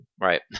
Right